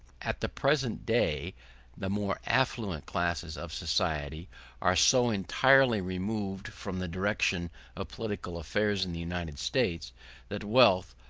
at the present day the more affluent classes of society are so entirely removed from the direction of political affairs in the united states that wealth,